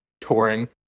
touring